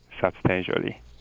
substantially